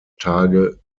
tage